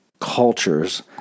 cultures